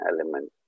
element